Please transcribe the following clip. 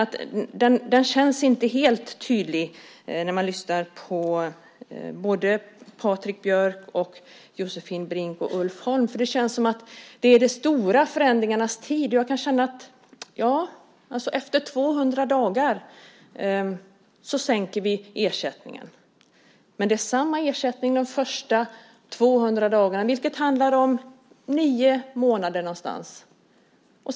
Det känns inte helt tydligt när man lyssnar på Patrik Björck, Josefin Brink och Ulf Holm. Det känns som om det är de stora förändringarnas tid. Vi sänker ersättningen efter 200 dagar, men det är samma ersättning de första 200 dagarna. Det handlar om ungefär nio månader.